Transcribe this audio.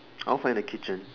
I want to find the kitchen